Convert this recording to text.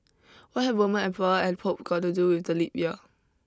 what have a Roman emperor and Pope got to do with the leap year